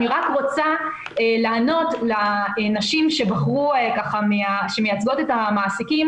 אני רוצה לענות לנשים שמייצגות את המעסיקים.